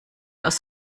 aus